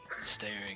Staring